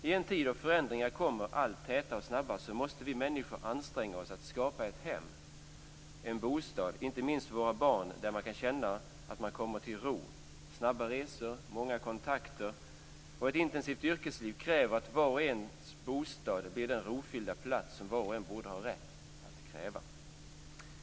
I en tid då förändringar kommer allt tätare och snabbare måste vi människor anstränga oss att skapa ett hem - en bostad - inte minst för våra barn, där man kan känna att man kommer till ro. Snabba resor, många kontakter och ett intensivt yrkesliv kräver att bostaden blir den rofyllda plats som var och en borde ha rätt att kräva.